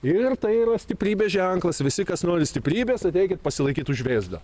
ir tai yra stiprybės ženklas visi kas nori stiprybės ateikit pasilaikyt už vėzdo